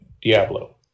Diablo